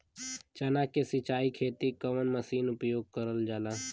चना के सिंचाई खाती कवन मसीन उपयोग करल जाला?